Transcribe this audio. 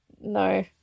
No